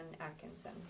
Atkinson